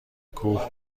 کوه